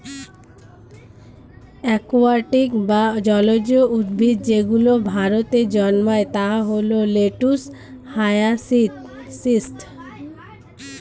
aquatic বা জলজ উদ্ভিদ যেগুলো ভারতে জন্মায় তা হল লেটুস, হায়াসিন্থ